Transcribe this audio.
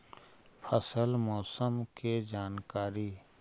फसल मौसम के जानकारी?